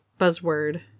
buzzword